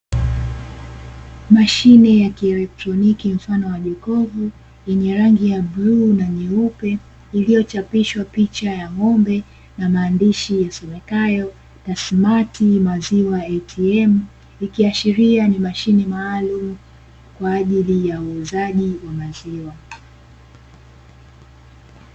Mashine ya kieletroniki mfano wa jokovu lenye rangi ya bluu na nyeupe, lililochapishwa picha ya ng'ombe na maandishi yasomekayo "tasinati maziwa atm" ikiashiria ni mashine maalumu kwa ajili ya uuzaji wa maziwa.